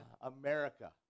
America